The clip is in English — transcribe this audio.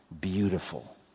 beautiful